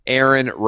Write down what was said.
Aaron